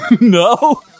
No